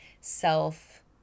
self